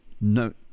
no